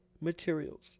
materials